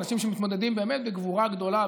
אנשים שמתמודדים באמת בגבורה גדולה,